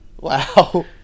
Wow